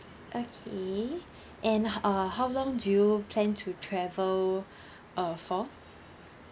okay and uh how long do you plan to travel uh for